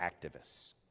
activists